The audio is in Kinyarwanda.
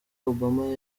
obama